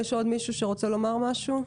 יש עוד מישהו שרוצה לומר משהו?